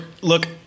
look